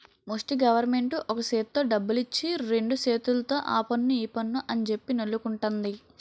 ముస్టి గవరమెంటు ఒక సేత్తో డబ్బులిచ్చి రెండు సేతుల్తో ఆపన్ను ఈపన్ను అంజెప్పి నొల్లుకుంటంది